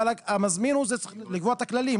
אבל המזמין הוא זה שצריך לקבוע את הכללים.